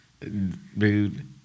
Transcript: Dude